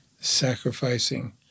sacrificing